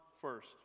first